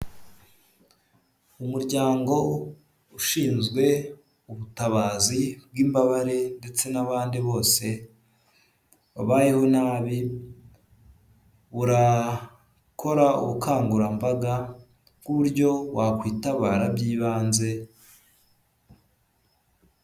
Umuryango ushinzwe ubutabazi bw'imbabare ndetse n'abandi bose, babayeho nabi, urakora ubukangurambaga bw'uburyo wakwitabara by'ibanze.